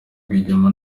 rwigema